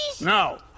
No